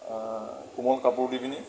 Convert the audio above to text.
কোমল কাপোৰ দি পেলাই